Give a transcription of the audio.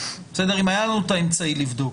אם היה לנו את האמצעי לבדוק.